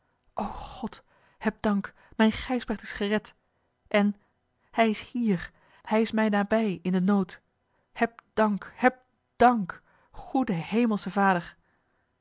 o god heb dank mijn gijsbrecht is gered en hij is hier hij is mij nabij in den nood heb dank heb dank goede hemelsche vader